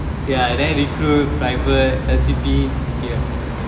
ya then recruit private L_C_P ya